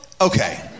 okay